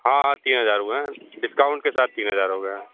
हाँ हाँ तीन हजार हुए हैं डिस्काउंट के साथ तीन हजार हो गया है